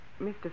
Mr